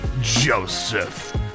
Joseph